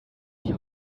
die